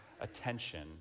attention